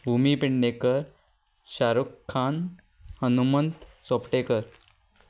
Bhumi Pindekar Shahrukh Khan Hanumant Chopatekar